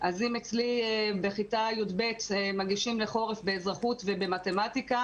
אז אם אצלי בכיתה י"ב מגישים לחורף באזרחות ובמתמטיקה